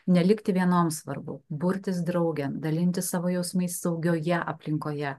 nelikti vienoms svarbu burtis draugėn dalintis savo jausmais saugioje aplinkoje